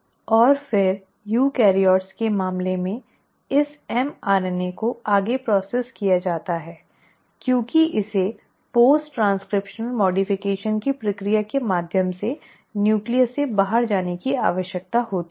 और फिर यूकेरियोट्स के मामले में इस mRNA को आगे संसाधित किया जाता है क्योंकि इसे पोस्ट ट्रांसक्रिप्शनल संशोधन की प्रक्रिया के माध्यम से न्यूक्लियस से बाहर जाने की आवश्यकता होती है